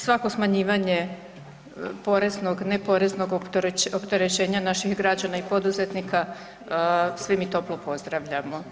Svako smanjivanje poreznog, neporeznog opterećenja naših građana i poduzetnika svi mi toplo pozdravljamo.